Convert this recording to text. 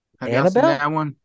Annabelle